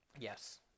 Yes